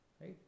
Right